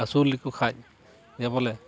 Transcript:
ᱟᱹᱥᱩᱞ ᱞᱮᱠᱚ ᱠᱷᱟᱱ ᱵᱚᱞᱮ